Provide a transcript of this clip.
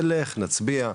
נלך, נצביע.